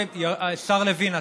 השר לוין,